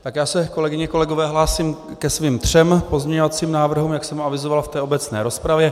Tak já se, kolegyně a kolegové, hlásím ke svým třem pozměňovacím návrhům, jak jsem avizoval v té obecné rozpravě.